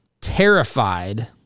terrified